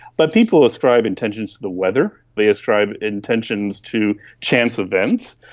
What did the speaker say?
but people ascribe intentions to the weather, they ascribe intentions to chance events,